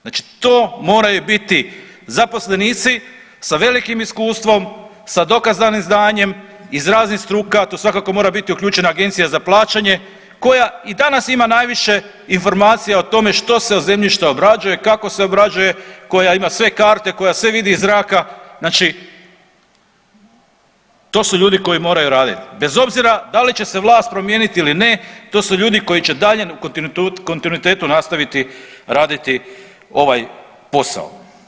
Znači to moraju biti zaposlenici sa velikim iskustvom, sa dokazanim znanjem iz raznih struka tu svakako mora biti uključena Agencija za plaćanje koja i danas ima najviše informacija o tome što se od zemljišta obrađuje i kako se obrađuje, koja ima sve karte, koja sve vidi iz zraka, znači to su ljudi koji moraju raditi bez obzira da li će se vlast promijeniti ili ne to su ljudi koji će dalje u kontinuitetu nastaviti raditi ovaj posao.